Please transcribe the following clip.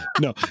no